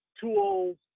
tools